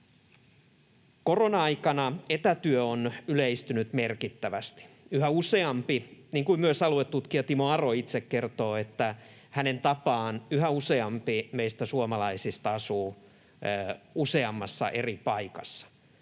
Korona-aikana etätyö on yleistynyt merkittävästi. Yhä useampi asuu — niin kuin myös aluetutkija Timo Aro itse kertoo, että hänen tapaansa yhä useampi meistä suomalaisista asuu — useammassa eri paikassa.